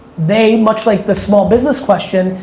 they, much like the small business question,